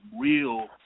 real